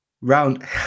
round